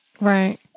Right